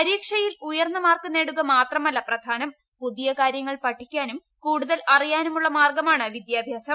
പരീക്ഷയിൽ ഉയർന്ന മാർക്ക് നേടുക മാത്രമല്ല പ്രധാനം പുതിയ കാര്യങ്ങൾ പഠിക്കാനും കൂടുതൽ അറിയാനുമുള്ള മാർഗ്ഗമാണ് വിദ്യാഭ്യാസം